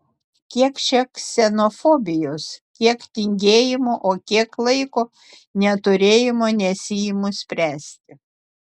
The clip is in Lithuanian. kiek čia ksenofobijos kiek tingėjimo o kiek laiko neturėjimo nesiimu spręsti